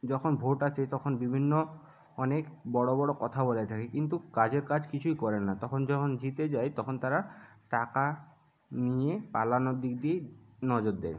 যখন ভোট আছে তখন বিভিন্ন অনেক বড়ো বড়ো কথা বলে থাকে কিন্তু কাজের কাজ কিছুই করে না তখন যখন জিতে যায় তখন তারা টাকা নিয়ে পালানোর দিক দিয়েই নজর দেয়